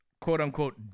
quote-unquote